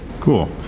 cool